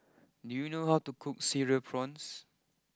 do you know how to cook Cereal Prawns